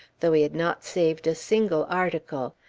though he had not saved a single article.